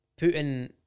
Putin